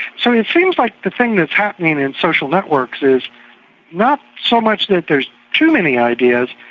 so it seems like the thing that's happening in social networks is not so much that there's too many ideas,